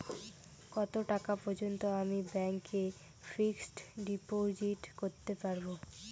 কত টাকা পর্যন্ত আমি ব্যাংক এ ফিক্সড ডিপোজিট করতে পারবো?